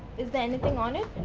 is the anything on it?